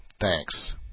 Thanks